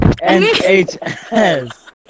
N-H-S